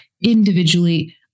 individually